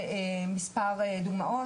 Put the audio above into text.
מספר דוגמאות,